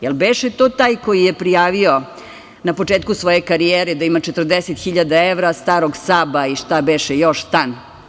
Da li beše to taj koji je prijavio na početku svoje karijere da ima 40.000 evra, starog „Saba“ i šta beše još, stan?